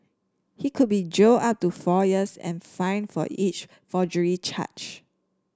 he could be jailed up to four years and fined for each forgery charge